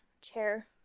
chair